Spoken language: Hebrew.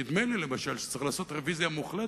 נדמה לי, למשל, שצריך לעשות רוויזיה מוחלטת.